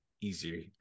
easier